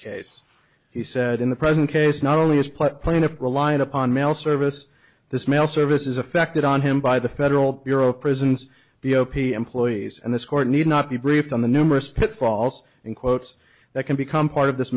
case he said in the present case not only is plaintiff relying upon mail service this mail service is affected on him by the federal bureau of prisons b o p employees and this court need not be briefed on the numerous pitfalls in quotes that can become part of th